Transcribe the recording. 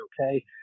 okay